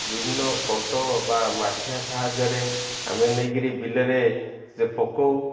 ବିଭିନ୍ନ କଣ୍ଟ ବା ମାଠିଆ ସାହାଯ୍ୟରେ ଆମେ ନେଇକିରି ବିଲରେ ସେ ପକଉ